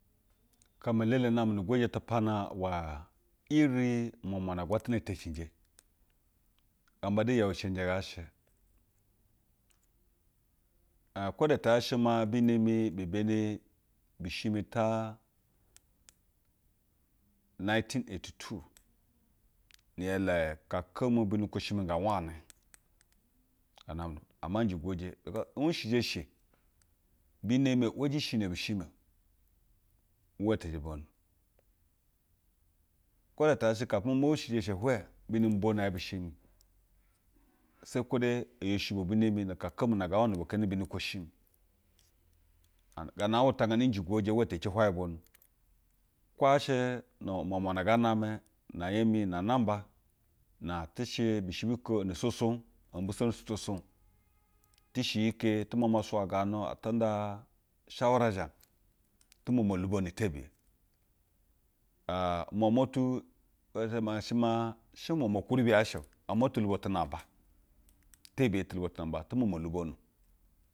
Aka me elele nname nu gwaje tupana uwa iri unwamwa na agwatana tecinj gamba de yue shenje nga she. Aa kwada ta yaa she maa buemi bi beni bishi m taa nineteen eighty two. Ni i ele kaka mu gwunukwaoshi mu nga wane. Gaa name ama nje gwoje, bikos bikos n wighijie eshe, hibe mi e weji shi ne bishi mio uwa te zhe bwonu. Kwoda ta yaa she maa kafi maa me ushiji kehs hwe, bine mi bwono ya bishi mi seyi kwode eyebibwo bine mi nu ukaka mu na ngaa wane nu bwa keeni ugwunkwishi mu. And gaa na aa untangane nje gwoje wa te ci hwaye bwonu. Kwo yaa she nu-nmwamwa na ngaa name na nya mi na namba, na te she bishi ku bo ono sosawg, ebi mbiseni shi tusatanu ata nda ushawara zhinag. Tu momo tubono tebiye ao umuwamwa tu ezhi ma she maa she umwa kwuribi yaa she ama tulubo tu namba tebiye. Tu momo lubono